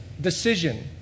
decision